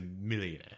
millionaire